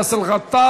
חבר הכנסת באסל גטאס,